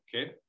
Okay